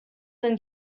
than